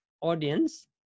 audience